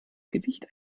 gewicht